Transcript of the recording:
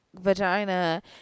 vagina